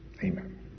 amen